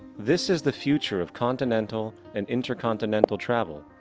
this is the future of continental and intercontinental travel.